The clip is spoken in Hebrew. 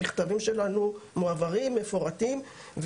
המכתבים שלנו מועברים, מפורטים.